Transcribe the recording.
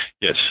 Yes